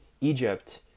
Egypt